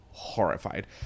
horrified